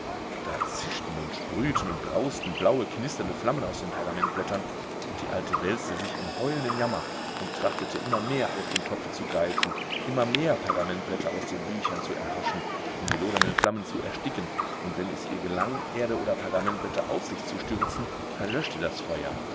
da zischten und sprühten und brausten blaue knisternde flammen aus den pergamentblättern und die alte wälzte sich im heulenden jammer und trachtete immer mehr aus dem topfe zu greifen immer mehr pergamentblätter aus den büchern zu erhaschen um die lodernden flammen zu ersticken und wenn es ihr gelang erde oder pergamentblätter auf sich zu stürzen verlöschte das feuer